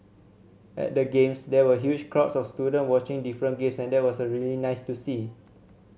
at the games there were huge crowds of students watching different games and that was really nice to see